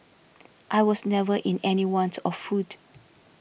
I was never in any want of food